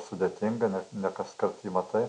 sudėtinga net ne kaskart jį matai